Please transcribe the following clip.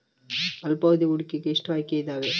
ಅಲ್ಪಾವಧಿ ಹೂಡಿಕೆಗೆ ಎಷ್ಟು ಆಯ್ಕೆ ಇದಾವೇ?